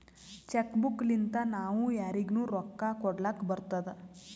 check book ಲಿಂತಾ ನಾವೂ ಯಾರಿಗ್ನು ರೊಕ್ಕಾ ಕೊಡ್ಲಾಕ್ ಬರ್ತುದ್